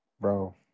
Bro